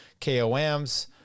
KOMs